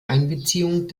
einbeziehung